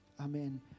Amen